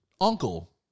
uncle